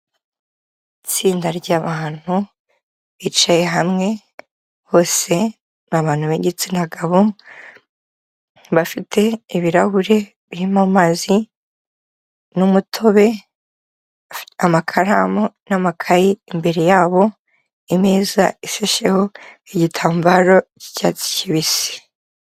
Itsinda ry'abantu bicaye hamwe bose ni abantu b'igitsina gabo, bafite ibirahure birimo amazi n'umutobe, amakaramu n'amakayi imbere yabo, imeza ishasheho igitambaro cy'icyatsi kibisi.